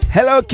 Hello